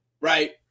Right